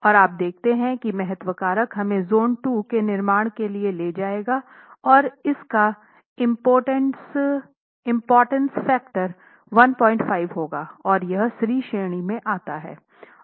और आप देखते हैं कि महत्व कारक हमें जोन 2 के निर्माण के लिए ले जाएगा और इसका इम्पोर्टेंस फैक्टर 15 होगा और यह C श्रेणी में आता है